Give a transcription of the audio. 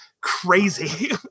crazy